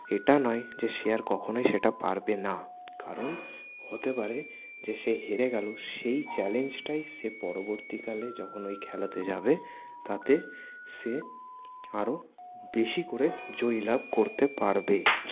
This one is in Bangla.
এটা নয় যে সে আর কখনোই সেটা পারবে না কারণ হতে পারে যে সে হেরে গেলো সেই চ্যালেঞ্জটাই সে পরবর্তীকালে যখন ওই খেলাতে যাবে তাতে সে আরও বেশি করে জয়ী লাভ করতে পারবে